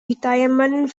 retirement